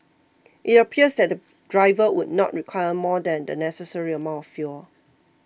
it appears that the driver would not require more than the necessary amount of fuel